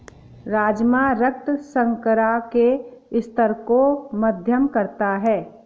राजमा रक्त शर्करा के स्तर को मध्यम करता है